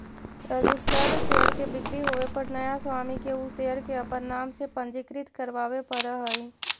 registered share के बिक्री होवे पर नया स्वामी के उ शेयर के अपन नाम से पंजीकृत करवावे पड़ऽ हइ